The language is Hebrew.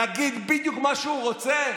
להגיד בדיוק מה שהוא רוצה?